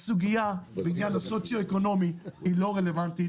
הסוגיה בעניין הסוציו-אקונומי היא לא רלוונטית,